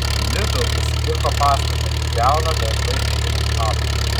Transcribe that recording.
lidl nusipirko pastatą jį griauna darbai eina į pabaigą